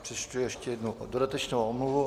Přečtu ještě jednou dodatečnou omluvu.